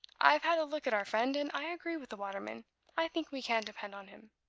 i've had a look at our friend, and i agree with the waterman i think we can depend on him.